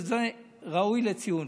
וזה ראוי לציון.